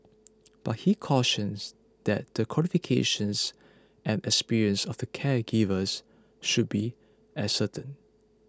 but he cautions that the qualifications and experience of the caregivers should be ascertained